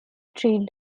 three